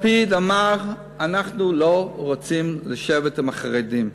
לפיד אמר: אנחנו לא רוצים לשבת עם החרדים.